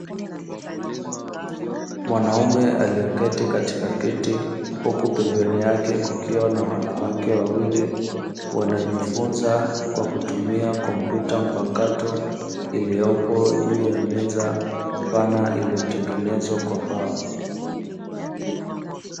Mwanaume alieketi katika kiti huku pembeni yake kukiwa na wanawake wawili wanajifunza kwa kutumia kompyuta mpakato iliyopo juu ya meza pana iliyotengenezwa kwa mbao.